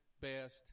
best